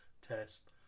Test